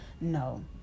no